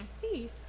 see